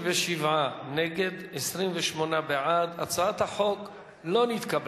37 נגד, 28 בעד, הצעת החוק לא נתקבלה.